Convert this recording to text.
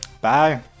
Bye